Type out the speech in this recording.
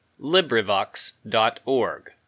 LibriVox.org